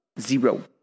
Zero